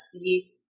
see